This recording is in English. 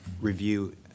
review